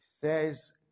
says